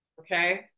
okay